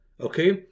okay